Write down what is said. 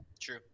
true